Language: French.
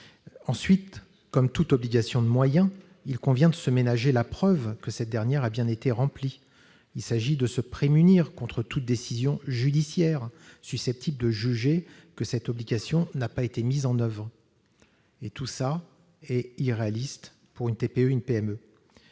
Ensuite, comme pour toute obligation de moyens, il convient de se ménager la preuve que celle-ci a bien été remplie. Il s'agit de se prémunir contre toute décision judiciaire susceptible de juger que cette obligation n'a pas été mise en oeuvre. Tout ça est irréaliste pour une TPE ou une PME